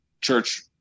church